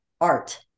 art